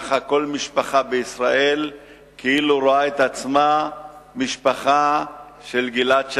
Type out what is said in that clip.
ככה כל משפחה בישראל כאילו רואה את עצמה משפחה של גלעד שליט.